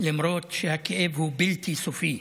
למרות שהכאב הוא אין-סופי.